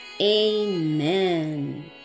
Amen